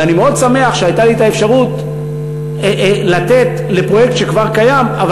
ואני מאוד שמח שהייתה לי האפשרות לתת לפרויקט שכבר קיים,